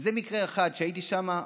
וזה מקרה אחד, והייתי שם.